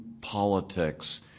politics